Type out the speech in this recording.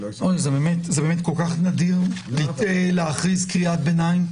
זה באמת כל כך נדיר להכריז קריאת ביניים.